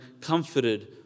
comforted